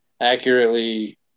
accurately